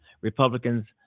republicans